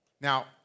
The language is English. Now